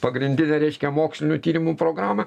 pagrindinę reiškia mokslinių tyrimų programą